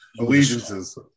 allegiances